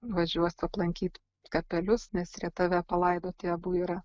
važiuosiu aplankyt kapelius nes rietave palaidoti abu yra